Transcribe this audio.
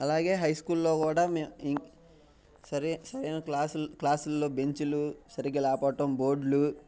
అలాగే హై స్కూల్లో కూడా మే ఇన్ సరై సరైన క్లాస్లు క్లాసుల్లో బెంచులు సరిగ్గా లేకపొవడం బోర్డ్లు